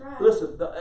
listen